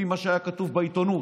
לפי מה שהיה כתוב בעיתונות,